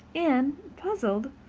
anne, puzzled,